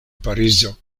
parizo